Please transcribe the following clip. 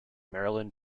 maryland